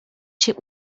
się